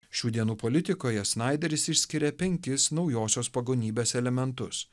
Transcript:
šių dienų politikoje snaideris išskiria penkis naujosios pagonybės elementus